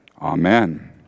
Amen